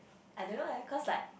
I don't know eh cause like